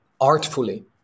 artfully